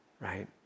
right